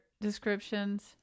descriptions